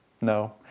No